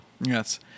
Yes